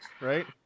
Right